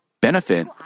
benefit